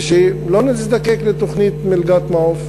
ושלא נזדקק לתוכנית "מלגת מעוף",